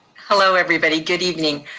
hello everybody, good evening.